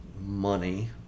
money